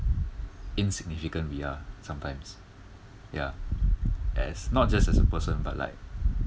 insignificant we are sometimes ya as not just as a person but like